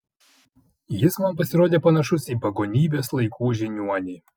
jis man pasirodė panašus į pagonybės laikų žiniuonį